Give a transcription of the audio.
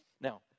Now